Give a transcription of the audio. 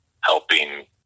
helping